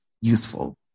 useful